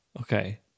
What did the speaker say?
okay